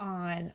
on